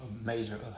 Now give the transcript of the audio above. major